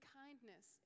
kindness